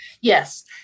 Yes